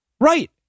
Right